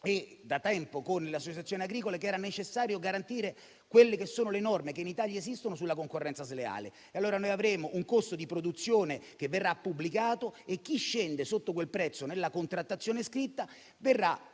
e da tempo con le associazioni agricole che era necessario garantire quelle che sono le norme che in Italia esistono sulla concorrenza sleale. E allora noi avremo un costo di produzione che verrà pubblicato e chi scende sotto quel prezzo nella contrattazione scritta diverrà